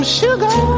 sugar